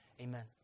Amen